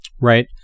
right